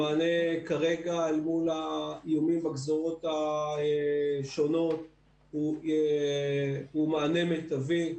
המענה כרגע אל מול האיומים בגזרות השונות הוא מענה מיטבי.